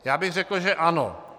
Já bych řekl že ano.